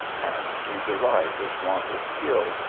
and to deride his want of skill,